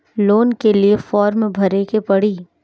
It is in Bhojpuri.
लोन के लिए फर्म भरे के पड़ी?